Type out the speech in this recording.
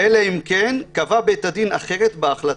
"אלא אם כן קבע בין הדין אחרת בהחלטה,